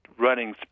running